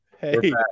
Hey